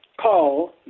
call